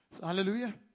Hallelujah